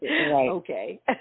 Okay